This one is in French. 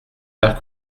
l’air